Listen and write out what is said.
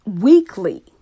weekly